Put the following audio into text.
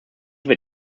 wird